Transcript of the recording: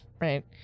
right